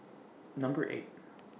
Number eight